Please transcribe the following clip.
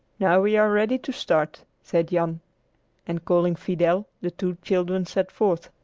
now we are ready to start, said jan and, calling fidel, the two children set forth.